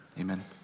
amen